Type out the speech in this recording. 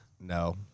No